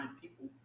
people